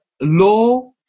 law